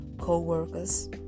co-workers